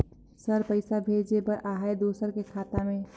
Sir पइसा भेजे बर आहाय दुसर के खाता मे?